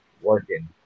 working